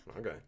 Okay